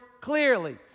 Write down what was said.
clearly